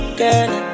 girl